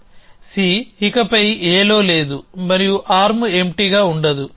C ఇకపై Aలో లేదు మరియు ఆర్మ్ ఎంప్టీగా ఉండదు